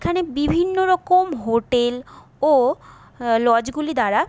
এখানে বিভিন্ন রকম হোটেল ও লজগুলি দ্বারা